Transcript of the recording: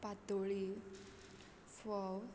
पातोळी फोव